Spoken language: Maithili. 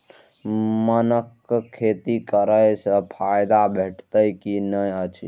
मखानक खेती करे स फायदा भेटत की नै अछि?